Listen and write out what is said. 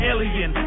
Alien